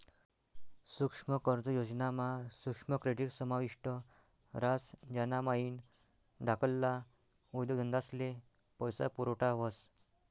सुक्ष्म कर्ज योजना मा सुक्ष्म क्रेडीट समाविष्ट ह्रास ज्यानामाईन धाकल्ला उद्योगधंदास्ले पैसा पुरवठा व्हस